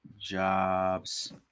jobs